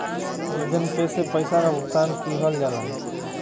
Amazon Pay से पइसा क भुगतान किहल जाला